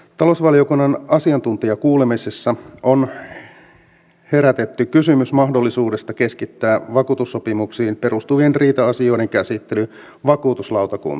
talousvaliokunnan asiantuntijakuulemisessa on herätetty kysymys mahdollisuudesta keskittää vakuutussopimuksiin perustuvien riita asioiden käsittely vakuutuslautakuntaan